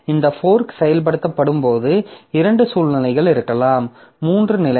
இந்த ஃபோர்க் செயல்படுத்தப்படும் போது இரண்டு சூழ்நிலை இருக்கலாம் மூன்று நிலைமை